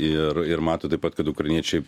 ir ir matot taip pat kad ukrainiečiai